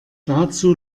dazu